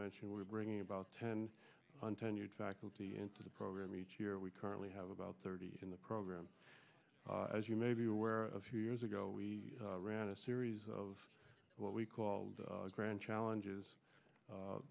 mentioned we're bringing about ten on tenured faculty and program each year we currently have about thirty in the program as you may be aware a few years ago we ran a series of what we called grand challenges